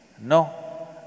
No